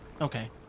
Okay